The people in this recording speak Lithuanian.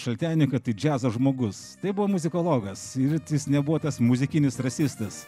šaltenį kad tai džiazo žmogus tai buvo muzikologas ir jis nebuvo tas muzikinis rasistas